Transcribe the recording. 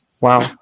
Wow